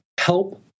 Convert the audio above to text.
help